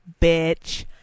bitch